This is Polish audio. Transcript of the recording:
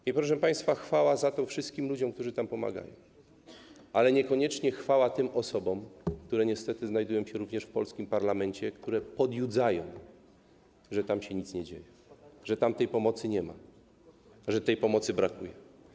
I, proszę państwa, chwała za to wszystkim ludziom, którzy tam pomagali, ale niekoniecznie chwała tym osobom, które niestety znajdują się również w polskim parlamencie, które podjudzają, że tam się nic nie dzieje, że tej pomocy nie ma, że tej pomocy brakuje.